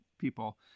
People